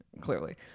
clearly